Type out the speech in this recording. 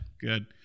good